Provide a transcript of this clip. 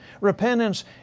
Repentance